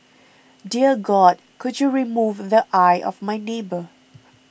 dear God could you remove the eye of my neighbour